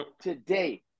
Today